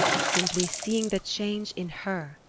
simply seeing the change in her,